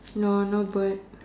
no no bird